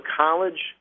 college